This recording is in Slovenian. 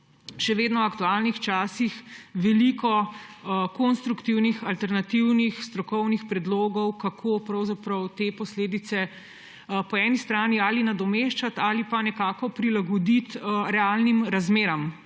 še vedno aktualnih časih veliko konstruktivnih, alternativnih strokovnih predlogov, kako te posledice ali nadomeščati ali pa nekako prilagoditi realnim razmeram,